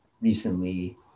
recently